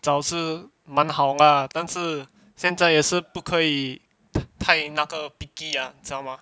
找是蛮好 mah 但是现在也是不可以太那个 picky ah 知道吗